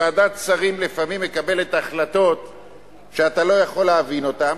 ועדת שרים לפעמים מקבלת החלטות שאתה לא יכול להבין אותן,